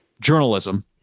journalism